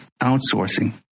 outsourcing